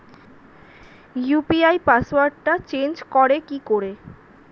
UPI পাসওয়ার্ডটা change করে কি করে?